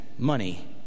Money